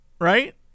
right